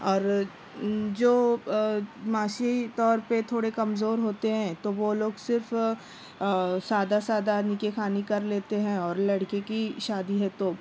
اور جو معاشی طور پہ تھوڑے کمزور ہوتے ہیں تو وہ لوگ صرف سادہ سادہ نکاح خوانی کر لیتے ہیں اور لڑکی کی شادی ہے تو